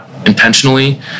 intentionally